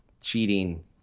cheating